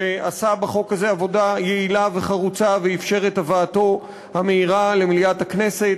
שעשה בחוק הזה עבודה יעילה וחרוצה ואפשר את הבאתו המהירה למליאת הכנסת.